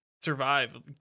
survive